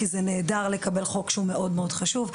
כי זה נהדר לקבל חוק שהוא מאוד חשוב,